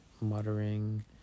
muttering